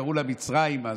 קראו לה מצרים אז,